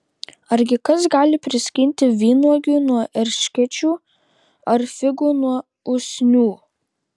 argi kas gali priskinti vynuogių nuo erškėčių ar figų nuo usnių